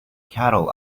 cattle